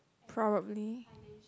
probably